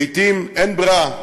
לעתים אין ברירה,